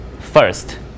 first